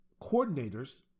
coordinators